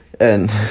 And-